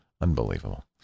Unbelievable